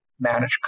manage